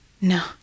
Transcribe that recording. No